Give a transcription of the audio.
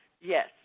Yes